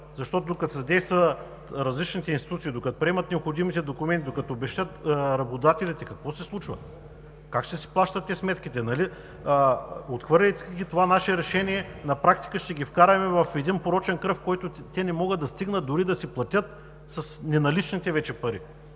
месеца. Докато се задействат различните институции, докато се приемат необходимите документи, докато се обезщетят работодателите, какво се случва?! Как ще си плащат те сметките?! Отхвърляйки това наше решение, на практика ще ги вкараме в един порочен кръг, в който те не могат да стигнат дори да си платят с неналичните вече пари.